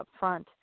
upfront